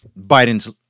biden's